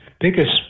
biggest